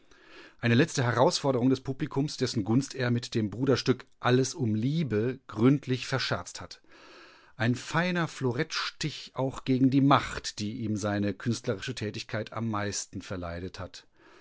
eine letzte herausforderung des publikums dessen gunst er mit dem bruderstück alles um liebe gründlich verscherzt hat ein feiner florettstich auch gegen die macht die ihm seine künstlerische tätigkeit am meisten verleidet hat